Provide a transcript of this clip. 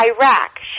Iraq